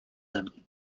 them